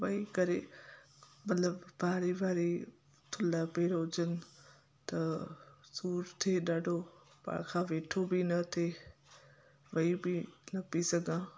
वेही करे मतिलबु भारी भारी थुल्हा पेर हुजनि त सूर थिए ॾाढो पाण खां वेठो बि न थिए वेही बि न पई सघां